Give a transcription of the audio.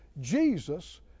Jesus